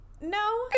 No